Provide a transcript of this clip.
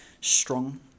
strong